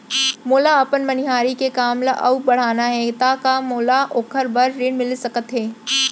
मोला अपन मनिहारी के काम ला अऊ बढ़ाना हे त का मोला ओखर बर ऋण मिलिस सकत हे?